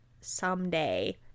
someday